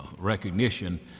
Recognition